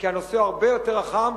כי הנושא הרבה יותר רחב.